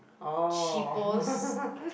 oh